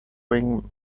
wing